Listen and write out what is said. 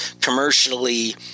commercially